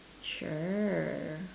sure